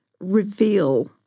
reveal